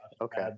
okay